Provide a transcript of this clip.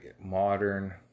modern